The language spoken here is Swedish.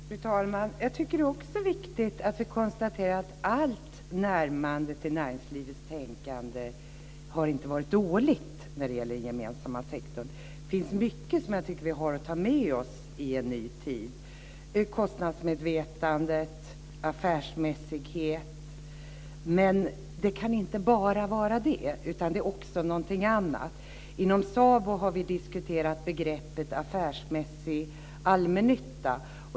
Fru talman! Jag tycker också det är viktigt att konstatera att allt närmande till näringslivets tänkande inte har varit dåligt när det gäller den gemensamma sektorn. Det finns mycket som jag tycker att vi har att ta med oss i en ny tid. Det är kostnadsmedvetande och affärsmässighet. Men det kan inte bara vara det. Det är också något annat. Inom SABO har vi diskuterat begreppet affärsmässig allmännytta.